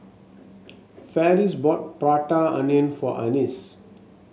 Ferris bought Prata Onion for Annis